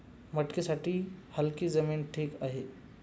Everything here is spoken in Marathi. मटकीसाठी हलकी जमीन ठीक आहे